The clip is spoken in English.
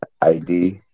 ID